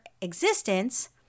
existence